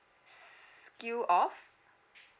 s~ skill of